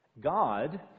God